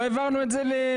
לא העברנו את זה לפנים.